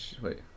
Wait